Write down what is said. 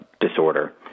Disorder